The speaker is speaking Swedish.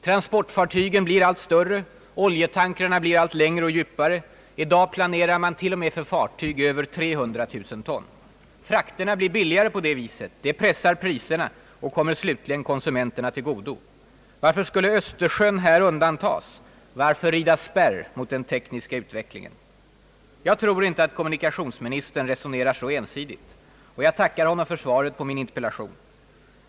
Transportfartygen blir allt större, oljetankerna blir allt längre och djupare. I dag planerar man t.o.m. för fartyg på över 300 000 ton. Frakterna blir billigare på det viset, det pressar priserna och kommer slutligen konsumenterna till godo. Varför skulle Östersjön här undantas? Varför rida spärr mot den tekniska utvecklingen? Jag tror inte att kommunikationsministern resonerar så ensidigt, och jag tackar honom för svaret på min interpellation.